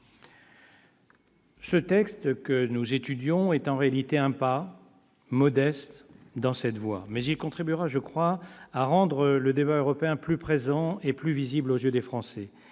Le texte que nous examinons constitue un pas modeste dans cette voie, mais il contribuera, à mon sens, à rendre le débat européen plus présent et plus visible aux yeux des Français